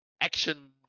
action